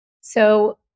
So-